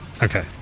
Okay